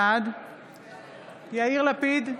בעד יאיר לפיד,